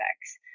effects